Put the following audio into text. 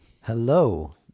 Hello